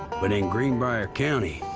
but in greenbrier county.